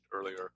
earlier